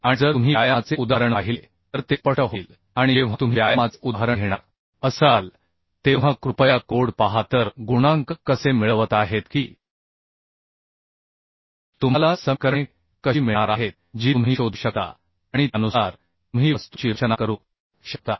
आणि जर तुम्ही व्यायामाचे उदाहरण पाहिले तर ते स्पष्ट होईल आणि जेव्हा तुम्ही व्यायामाचे उदाहरण घेणार असाल तेव्हा कृपया कोड पहा तर गुणांक कसे मिळवत आहेत कीतुम्हाला समीकरणे कशी मिळणार आहेत जी तुम्ही शोधू शकता आणि त्यानुसार तुम्ही वस्तूची रचना करू शकता